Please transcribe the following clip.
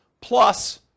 plus